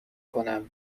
کنم